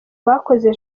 bakoze